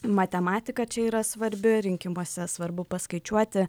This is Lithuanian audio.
matematika čia yra svarbi rinkimuose svarbu paskaičiuoti